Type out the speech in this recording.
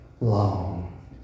long